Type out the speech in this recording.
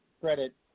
credit